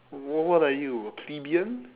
what what what are you a plebeian